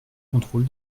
contrôle